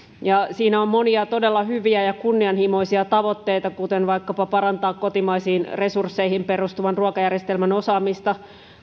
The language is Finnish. siinä on monia todella hyviä ja kunnianhimoisia tavoitteita kuten vaikkapa parantaa kotimaisiin resursseihin perustuvan ruokajärjestelmän osaamista